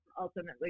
Ultimately